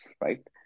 right